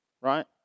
right